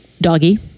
doggy